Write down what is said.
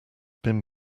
been